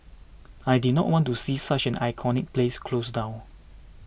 I did not want to see such an iconic place close down